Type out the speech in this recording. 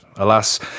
Alas